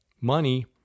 money